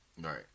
Right